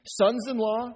Sons-in-law